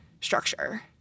structure